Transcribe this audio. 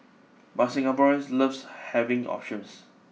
but Singaporeans loves having options